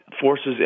forces